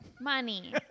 Money